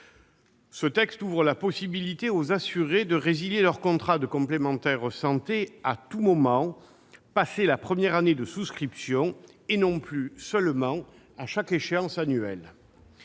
Ce texte ouvre la possibilité aux assurés de résilier leur contrat de complémentaire santé à tout moment, passée la première année de souscription, et non plus seulement à chaque échéance annuelle.